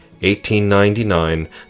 1899